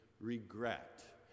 regret